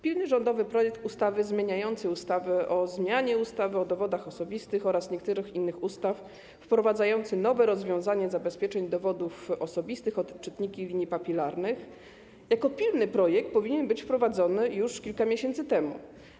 Pilny rządowy projekt ustawy zmieniający ustawę o zmianie ustawy o dowodach osobistych oraz niektórych innych ustaw wprowadzający nowe rozwiązanie dotyczące zabezpieczeń dowodów osobistych, chodzi o czytniki linii papilarnych, jako pilny projekt powinien być wprowadzony już kilka miesięcy temu.